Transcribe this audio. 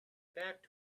back